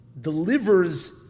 delivers